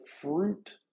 fruit